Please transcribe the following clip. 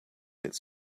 its